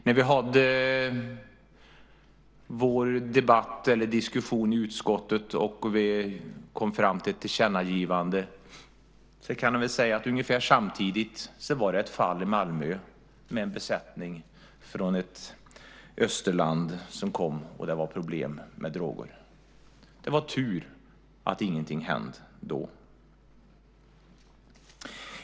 När vi hade vår diskussion i utskottet och vi kom fram till ett tillkännagivande var det ungefär samtidigt ett fall i Malmö med en besättning som kom från ett östland, och det var problem med droger. Det var tur att ingenting hände då.